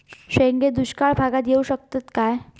शेंगे दुष्काळ भागाक येऊ शकतत काय?